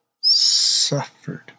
suffered